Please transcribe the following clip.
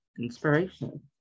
inspiration